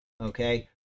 okay